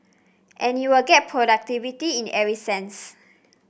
and you would get productivity in every sense